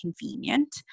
convenient